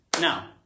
now